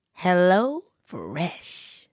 HelloFresh